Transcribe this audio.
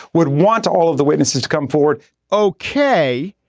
would want all of the witnesses to come forward okay.